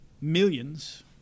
millions